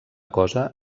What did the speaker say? cosa